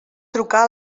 trucar